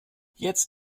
jetzt